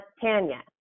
Tanya